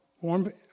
warm